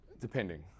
Depending